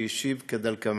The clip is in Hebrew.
והוא השיב כדלקמן: